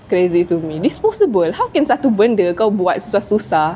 crazy to me disposable how can satu benda kau buat susah-susah